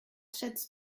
schätzt